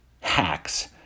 hacks